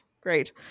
great